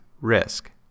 risk